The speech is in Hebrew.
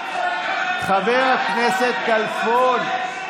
חבר הכנסת כלפון.